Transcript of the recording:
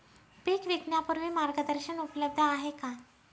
पीक विकण्यापूर्वी मार्गदर्शन उपलब्ध आहे का?